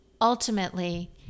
ultimately